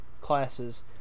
classes